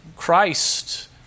Christ